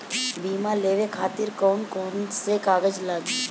बीमा लेवे खातिर कौन कौन से कागज लगी?